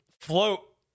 float